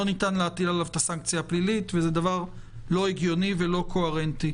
לא ניתן להטיל עליו את הסנקציה הפלילית וזה דבר לא הגיוני ולא קוהרנטי.